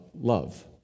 love